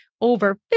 over